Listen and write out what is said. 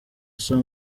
sony